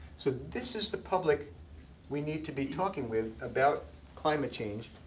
so, this is the public we need to be talking with about climate change,